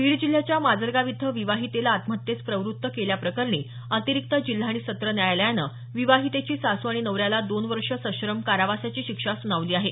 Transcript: बीड जिल्ह्याच्या माजलगाव इथं विवाहितेला आत्महत्येस प्रवृत्त केल्याप्रकरणी अतिरिक्त जिल्हा आणि सत्र न्यायालयानं विवाहितेची सासू आणि नवऱ्याला दोन वर्ष सश्रम कारावासाची शिक्षा सुनावली आहे